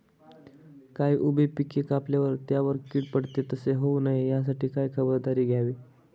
काही उभी पिके कापल्यावर त्यावर कीड पडते, तसे होऊ नये यासाठी काय खबरदारी घ्यावी?